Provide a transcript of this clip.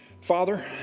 Father